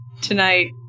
tonight